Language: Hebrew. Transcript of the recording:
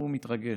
הוא מתרגש,